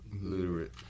Illiterate